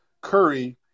Curry